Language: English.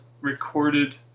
recorded